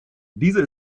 dieser